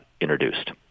introduced